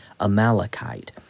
Amalekite